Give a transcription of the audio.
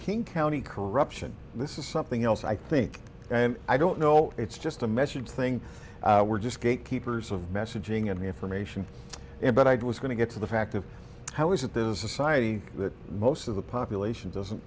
king county corruption this is something else i think and i don't know it's just a message thing we're just gate keepers of messaging and information but i'd was going to get to the fact of how is it this is a society that most the population doesn't